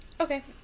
Okay